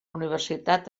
universitat